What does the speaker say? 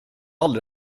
aldrig